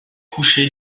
couché